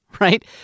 right